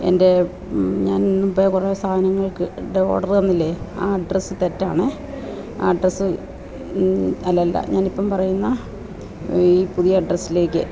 എൻ്റെ ഞാൻ മുമ്പേ കുറേ സാധനങ്ങൾക്ക് ഓർഡർ തന്നില്ലേ ആ അഡ്രസ്സ് തെറ്റാണെ അഡ്രസ്സ് അല്ലല്ല ഞാൻ ഇപ്പോള് പറയുന്ന ഈ പുതിയ അഡ്രസ്സിലേക്ക്